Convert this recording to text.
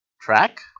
track